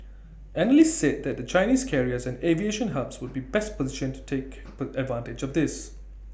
analysts said that the Chinese carriers and aviation hubs would be best positioned to take put advantage of this